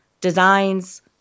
designs